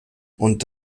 und